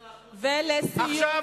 ולסיום?